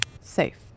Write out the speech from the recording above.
Safe